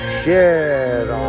share